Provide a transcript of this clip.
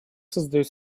создают